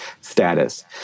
status